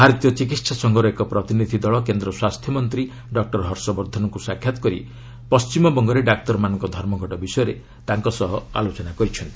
ଭାରତୀୟ ଚିକିତ୍ସା ସଂଘର ଏକ ପ୍ରତିନିଧି ଦଳ କେନ୍ଦ୍ର ସ୍ୱାସ୍ଥ୍ୟମନ୍ତ୍ରୀ ଡକ୍ଟର ହର୍ଷ ବର୍ଦ୍ଧନଙ୍କୁ ସାକ୍ଷାତ କରି ପଣ୍ଟିମବଙ୍ଗରେ ଡାକ୍ତରମାନଙ୍କ ଧର୍ମଘଟ ବିଷୟରେ ତାଙ୍କ ସହ ଆଲୋଚନା କରିଚ୍ଛନ୍ତି